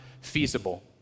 feasible